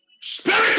Spirit